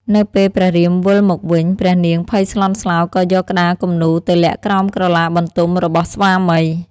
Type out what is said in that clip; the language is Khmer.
នៅពេលព្រះរាមវិលមកវិញ ព្រះនាងភ័យស្លន់ស្លោក៏យកក្តារគំនូរទៅលាក់ក្រោមក្រឡាបន្ទំរបស់ស្វាមី។